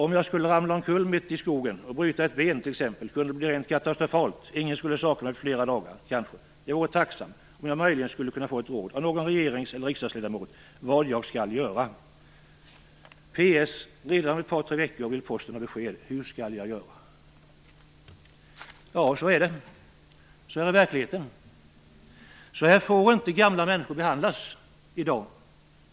Om jag skulle ramla omkull mitt i skogen och bryta ett ben, t.ex., kunde det bli rent katastrofalt. Ingen skulle sakna mig på flera dagar. Jag vore tacksam om jag möjligen skulle kunna få ett råd av någon regeringseller riksdagsledamot om vad jag skall göra. P.S. Redan om ett par tre veckor vill Posten ha besked. Hur skall jag göra? Ja, så är det. Sådan är verkligheten. Så här får inte gamla människor behandlas.